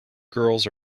girls